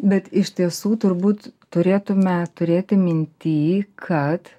bet iš tiesų turbūt turėtume turėti minty kad